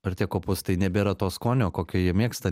ir tie kopustai nebėra to skonio kokio jie mėgsta